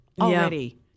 Already